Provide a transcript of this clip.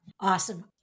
Awesome